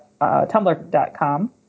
tumblr.com